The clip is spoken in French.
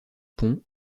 pont